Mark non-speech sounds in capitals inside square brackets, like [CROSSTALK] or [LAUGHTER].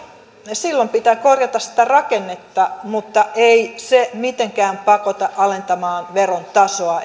silloin pitää korjata sitä rakennetta mutta ei se mitenkään pakota alentamaan verotasoa [UNINTELLIGIBLE]